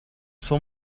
soul